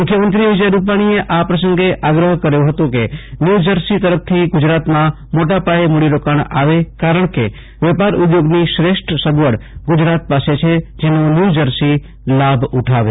મુખ્યમંત્રી વિજય રૂપાણીએ આ પ્રસંગે આગ્રહ કર્યો હતો કે ન્યુજર્સી તરફથી ગુજરાતમાં મોટાપાયે મુડીરોકાણ આવે કારણ કે વેપાર ઉધોગની શ્રેષ્ઠ સગવડ ગુજરાત પાસે છે જેનો ન્યુજર્સી ઉઠાવે